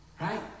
Right